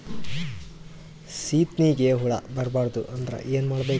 ಸೀತ್ನಿಗೆ ಹುಳ ಬರ್ಬಾರ್ದು ಅಂದ್ರ ಏನ್ ಮಾಡಬೇಕು?